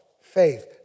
Faith